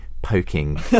poking